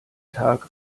tag